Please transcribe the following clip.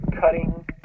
cutting